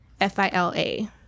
F-I-L-A